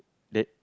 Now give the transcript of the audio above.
then